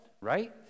Right